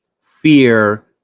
Fear